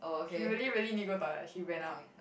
she really really need to go toilet she went out